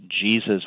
Jesus